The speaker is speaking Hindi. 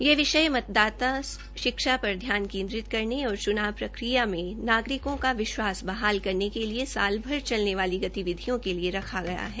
यह विषय मतदाता शिक्षा पर ध्यान केन्द्रित करने और चुनाव प्रकिया में नागरिकों का विश्वास बहाल करने के लिए साल भर चलने वाली गतिविधियों के लिए रखा गया है